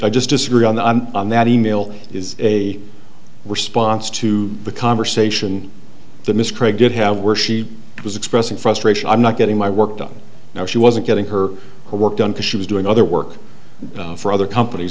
i just disagree on the on that e mail is a response to the conversation the miss craig did have were she was expressing frustration i'm not getting my work done now she wasn't getting her work done because she was doing other work for other companies